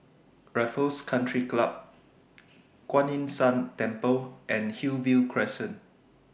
Raffles Country Club Kuan Yin San Temple and Hillview Crescent